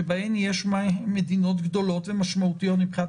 כשבהן יש מדינות גדולות ומשמעותיות מבחינת